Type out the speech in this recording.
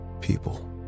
people